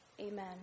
Amen